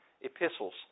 epistles